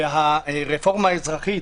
והרפורמה האזרחית,